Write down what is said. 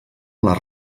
les